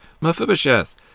Mephibosheth